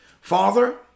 Father